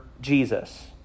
Jesus